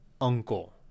uncle